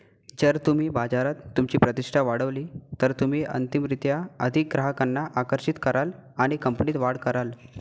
जर तुम्ही बाजारात तुमची प्रतिष्ठा वाढवली तर तुम्ही अंतिमरीत्या अधिक ग्राहकांना आकर्षित कराल आणि कंपनीत वाढ कराल